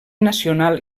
nacional